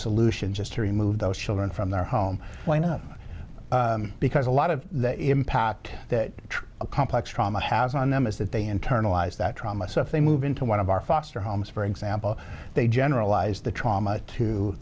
solution just to remove those children from their home line up because a lot of the impact that a complex trauma has on them is that they internalize that trauma so if they move into one of our foster homes for example they generalize the trauma to